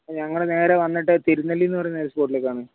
ഞങ്ങൾ നേരെ വന്നിട്ട് തിരുനെല്ലീന്ന് പറയുന്ന ഒരു സ്പോട്ടിലിക്ക് വാന്നെ